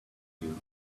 you